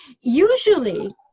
Usually